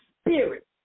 spirit